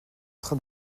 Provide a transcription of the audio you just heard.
train